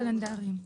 לא, ימים קלנדריים.